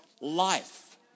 life